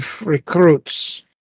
recruits